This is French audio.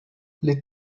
les